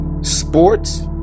Sports